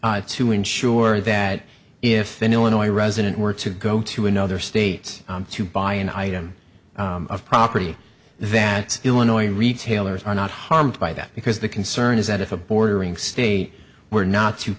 to ensure that if in illinois a resident were to go to another state to buy an item of property that illinois retailers are not harmed by that because the concern is that if a bordering state were not to